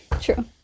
true